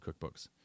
cookbooks